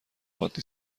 عادی